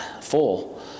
full